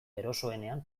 erosoenean